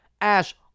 Ash